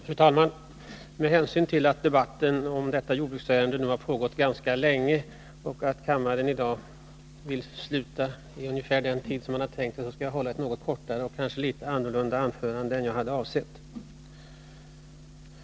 Fru talman! Med hänsyn till att debatten om detta jordbruksärende nu har pågått ganska länge och att kammaren i dag vill sluta i ungefär den tid som man har tänkt skall jag hålla ett något kortare och kanske litet annorlunda anförande än jag hade avsett.